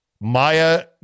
Maya